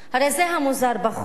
הרי זה המוזר בחוק.